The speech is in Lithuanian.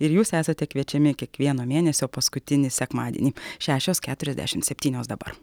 ir jūs esate kviečiami kiekvieno mėnesio paskutinį sekmadienį šešios keturiasdešimt septynios dabar